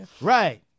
right